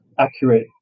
accurate